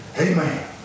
Amen